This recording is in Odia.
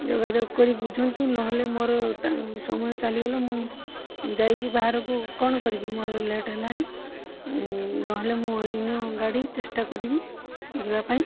ଯୋଗାଯୋଗ କରି ବୁଝନ୍ତୁ ନହେଲେ ମୋର ଟା ସମୟ ଚାଲିଗଲେ ମୁଁ ଯାଇକି ବାହାରକୁ କ'ଣ କରିବି ମୋର ଲେଟ୍ ହେଲାଣି ନହେଲେ ମୁଁ ଅନ୍ୟ ଗାଡ଼ି ଚେଷ୍ଟା କରିବି ଯିବା ପାଇଁ